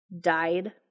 died